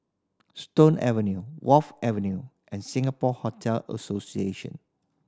Stone Avenue Wharf Avenue and Singapore Hotel Association